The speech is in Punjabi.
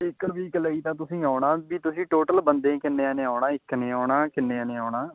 ਇੱਕ ਵੀਕ ਲਈ ਤਾਂ ਤੁਸੀਂ ਆਉਣਾ ਵੀ ਤੁਸੀਂ ਟੋਟਲ ਬੰਦੇ ਕਿੰਨਿਆਂ ਨੇ ਆਉਣਾ ਇੱਕ ਨੇ ਆਉਣਾ ਕਿੰਨਿਆਂ ਨੇ ਆਉਣਾ